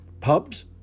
pubs